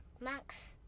Max